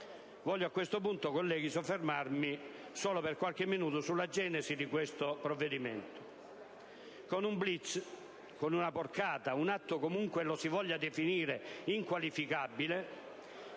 Voglio a questo punto, colleghi, soffermarmi solo per qualche minuto sulla genesi di questo provvedimento. Con un *blitz*, con una porcata, un atto, comunque lo si voglia definire, inqualificabile